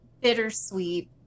bittersweet